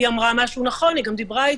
היא אמרה משהו נכון, גם דיברה אתי.